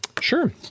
Sure